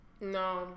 No